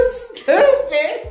stupid